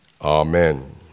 Amen